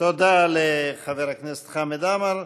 תודה לחבר הכנסת חמד עמאר.